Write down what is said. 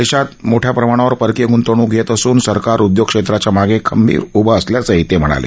देशात मोठ्या प्रमाणावर परकीय गुंतवणूक येत असून सरकार उद्योगक्षेत्राच्या मागे खंबीर उभं असल्याचंही ते म्हणाले